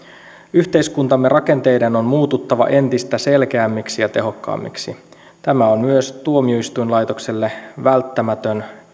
yhteiskuntamme rakenteiden on muututtava entistä selkeämmiksi ja tehokkaammiksi tämä on myös tuomioistuinlaitokselle välttämätön